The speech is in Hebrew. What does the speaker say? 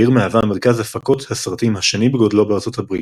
והעיר מהווה מרכז הפקת הסרטים השני בגודלו בארצות הברית.